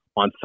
on